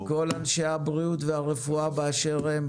כל אנשי הבריאות והרפואה באשר הם,